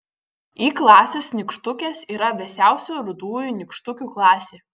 y klasės nykštukės yra vėsiausių rudųjų nykštukių klasė